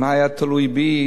אם זה היה תלוי בי,